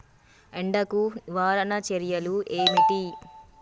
ఎండకు నివారణ చర్యలు ఏమిటి?